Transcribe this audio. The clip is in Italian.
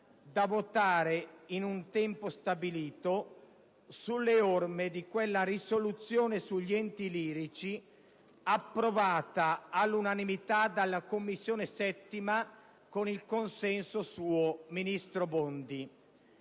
da votare in un tempo stabilito, sulle orme di quella risoluzione sugli enti lirici approvata all'unanimità dalla 7 a Commissione con il suo consenso, ministro Bondi.